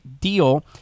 deal